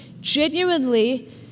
genuinely